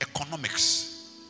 economics